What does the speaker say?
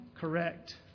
correct